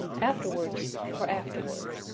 afterwards for afterward